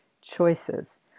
choices